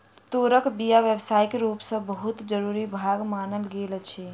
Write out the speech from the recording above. तूरक बीया व्यावसायिक रूप सॅ बहुत जरूरी भाग मानल गेल अछि